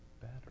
better